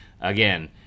again